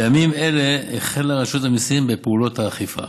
בימים אלה החלה רשות המיסים בפעולות האכיפה.